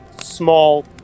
small